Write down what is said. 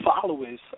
followers